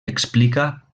explica